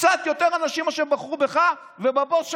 קצת יותר אנשים ממי שבחרו בך ובבוס שלך,